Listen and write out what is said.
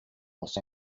los